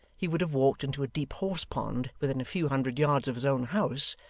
he would have walked into a deep horsepond within a few hundred yards of his own house,